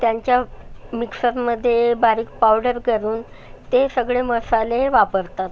त्यांचा मिक्सरमध्ये बारीक पावडर करून ते सगळे मसाले वापरतात